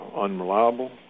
unreliable